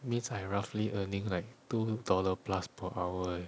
means I roughly earning like two dollar plus per hour